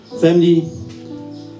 family